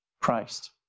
Christ